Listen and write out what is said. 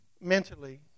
Mentally